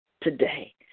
today